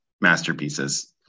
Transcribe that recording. masterpieces